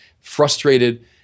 Frustrated